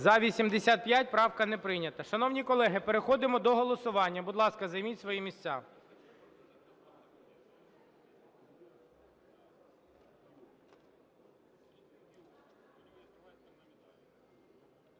За-85 Правка не прийнята. Шановні колеги, переходимо до голосування. Будь ласка, займіть свої місця.